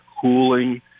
cooling